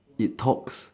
it talks